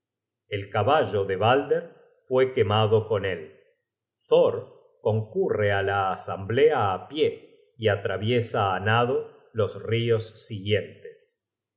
el caballo de balder fue quemado con él thor concurre á la asamblea á pie y atraviesa á nado los rios siguientes